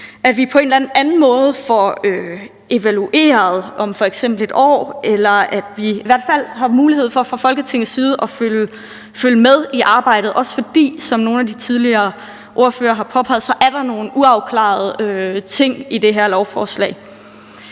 at vi på en eller anden anden måde får evalueret det om f.eks. 1 år, eller at vi i hvert fald har mulighed for fra Folketingets side at følge med i arbejdet, også fordi, som nogle af de tidligere ordførere har påpeget, der er nogle uafklarede ting i det her lovforslag.